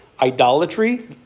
idolatry